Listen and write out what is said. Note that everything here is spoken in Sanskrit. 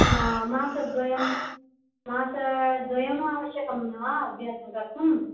मासद्वयं मासद्वयं वा आवश्यकं वा अभ्यासं कर्तुम्